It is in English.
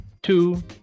Two